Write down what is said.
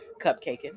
cupcaking